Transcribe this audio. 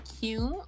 cute